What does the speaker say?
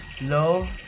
love